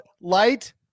Light